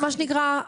מה שנקרא,